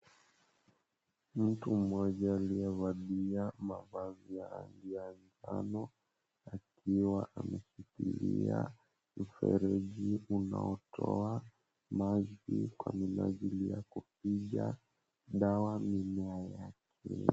Mtu mmoja aliyevali mavazi ya manjano akiwa ameshikilia mfereji unaotoa maji kwa minajili ya kupiga dawa mimea yale.